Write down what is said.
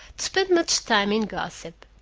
spend much time in gossip.